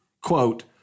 quote